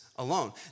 alone